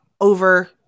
over